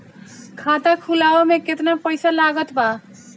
खाता खुलावे म केतना पईसा लागत बा?